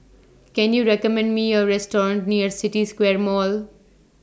Can YOU recommend Me A Restaurant near City Square Mall